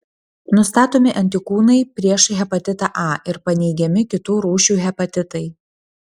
nustatomi antikūnai prieš hepatitą a ir paneigiami kitų rūšių hepatitai